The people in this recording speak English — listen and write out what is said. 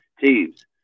teams